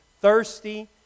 thirsty